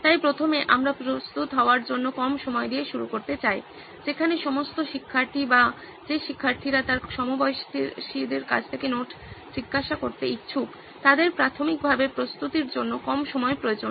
তাই প্রথমে আমরা প্রস্তুত হওয়ার জন্য কম সময় দিয়ে শুরু করতে চাই যেখানে সমস্ত শিক্ষার্থী বা যে শিক্ষার্থীরা তার সমবয়সীদের কাছ থেকে নোট জিজ্ঞাসা করতে ইচ্ছুক তাদের প্রাথমিকভাবে প্রস্তুতির জন্য কম সময় প্রয়োজন